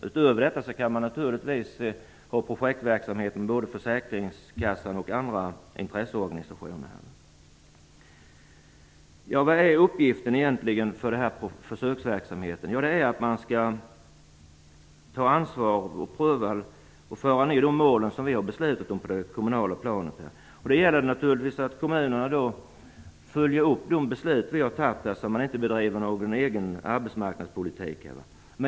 Utöver detta kan man naturligtvis ha projektverksamhet med både försäkringskassa och andra intresseorganisationer. Vad är egentligen uppgiften för försöksverksamheten? Man skall ta ansvar och föra ned de mål som vi har beslutat om till det lokala planet. Det gäller då att kommunerna följer upp de beslut vi har fattat så att man inte bedriver någon egen arbetsmarknadspolitik.